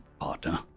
partner